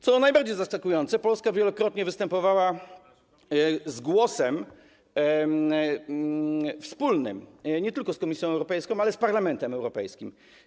Co najbardziej zaskakujące, Polska wielokrotnie występowała z głosem wspólnym nie tylko z Komisją Europejską, ale też z Parlamentem Europejskim.